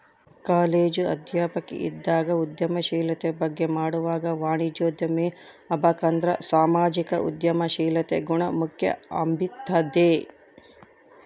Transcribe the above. college ಅಧ್ಯಾಪಕಿ ಇದ್ದಾಗ ಉದ್ಯಮಶೀಲತೆ ಬಗ್ಗೆ ಮಾಡ್ವಾಗ ವಾಣಿಜ್ಯೋದ್ಯಮಿ ಆಬಕಂದ್ರ ಸಾಮಾಜಿಕ ಉದ್ಯಮಶೀಲತೆ ಗುಣ ಮುಖ್ಯ ಅಂಬ್ತಿದ್ದೆ